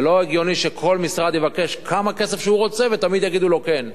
זה לא הגיוני שכל משרד יבקש כמה כסף שהוא רוצה ותמיד יגידו לו כן,